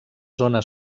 zona